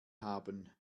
haben